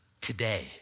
today